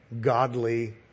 godly